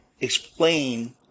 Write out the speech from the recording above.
explain